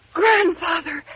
grandfather